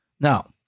Now